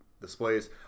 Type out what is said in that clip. displays